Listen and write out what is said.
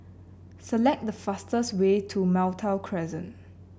select the fastest way to Malta Crescent